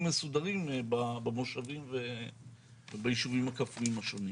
מסודרים במושבים וביישובים הכפריים השונים.